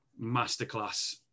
masterclass